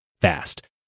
fast